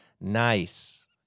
Nice